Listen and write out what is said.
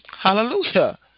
Hallelujah